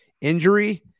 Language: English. injury